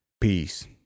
peace